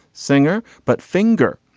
singer but finger.